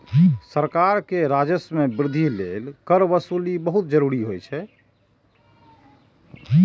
सरकार के राजस्व मे वृद्धि लेल कर वसूली बहुत जरूरी होइ छै